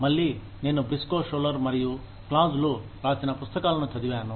మళ్లీ నేను Briscoe Schuler మరియు క్లాజ్ లు రాసిన పుస్తకాలను చదివాను